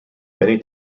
many